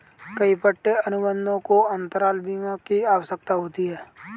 कई पट्टे अनुबंधों को अंतराल बीमा की आवश्यकता होती है